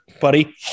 Buddy